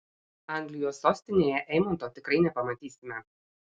anglijos sostinėje eimanto tikrai nepamatysime